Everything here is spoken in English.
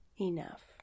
enough